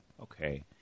Okay